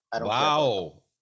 Wow